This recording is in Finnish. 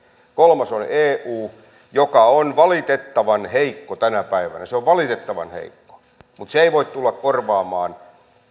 kolmas on eu joka on valitettavan heikko tänä päivänä se on valitettavan heikko mutta se ei voi tulla korvaamaan